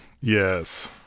Yes